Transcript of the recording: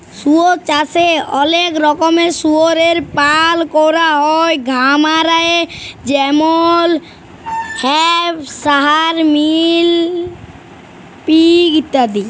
শুয়র চাষে অলেক রকমের শুয়রের পালল ক্যরা হ্যয় খামারে যেমল হ্যাম্পশায়ার, মিলি পিগ ইত্যাদি